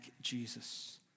Jesus